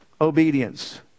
obedience